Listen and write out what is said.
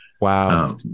wow